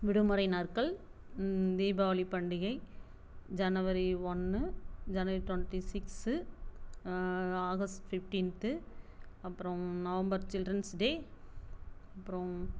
விடுமுறை நாட்கள் தீபாவளி பண்டிகை ஜனவரி ஒன்று January twenty six August fifteenth அப்புறம் நவம்பர் சில்ட்ரன்ஸ் டே அப்புறம்